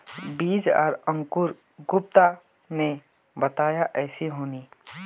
बीज आर अंकूर गुप्ता ने बताया ऐसी होनी?